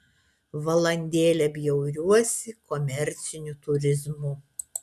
valandėlę bjauriuosi komerciniu turizmu